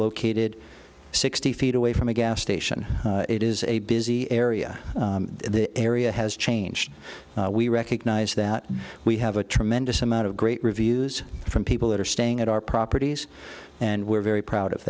located sixty feet away from a gas station it is a busy area the area has changed we recognize that we have a tremendous amount of great reviews from people that are staying at our properties and we're very proud of